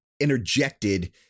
interjected